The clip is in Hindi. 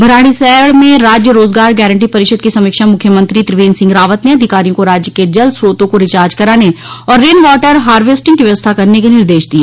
भराड़ीसेंण में राज्य रोजगार गारंटी परिषद की समीक्षा में मुख्यमंत्री त्रिवेन्द्र सिंह रावत ने अधिकारियों को राज्य के जल स्रोतों को रिचार्ज कराने और रेन वाटर हार्वेस्टिंग की व्यवस्था करने के निर्देश दिए